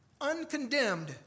uncondemned